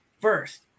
First